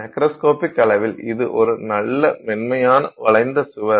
macroscopic அளவில் இது ஒரு நல்ல மென்மையான வளைந்த சுவர்